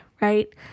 right